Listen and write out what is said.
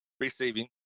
receiving